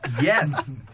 Yes